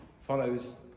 follows